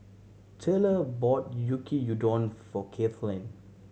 Tayla bought Yaki Udon for Kaitlynn